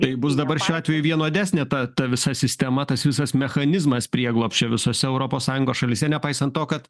tai bus dabar šiuo atveju vienodesnė ta ta visa sistema tas visas mechanizmas prieglobsčio visose europos sąjungos šalyse nepaisant to kad